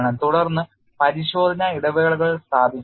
തുടർന്ന് പരിശോധന ഇടവേളകൾ സ്ഥാപിക്കുക